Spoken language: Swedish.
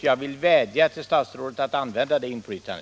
Jag vill vädja till statsrådet att använda det inflytandet.